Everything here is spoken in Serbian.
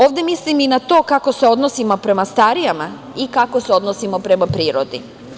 Ovde mislim i na to kako se odnosimo prema starijima i kako se odnosimo prema prirodi.